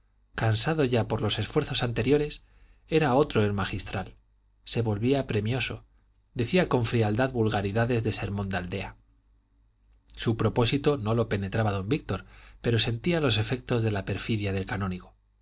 cansado ya por los esfuerzos anteriores era otro el magistral se volvía premioso decía con frialdad vulgaridades de sermón de aldea su propósito no lo penetraba don víctor pero sentía los efectos de la perfidia del canónigo